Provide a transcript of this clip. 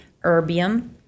Erbium